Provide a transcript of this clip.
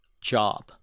job